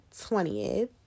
20th